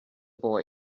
boy